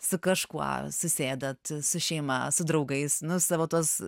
su kažkuo susėdat su šeima su draugais nu savo tuos